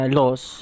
laws